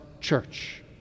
church